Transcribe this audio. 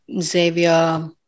Xavier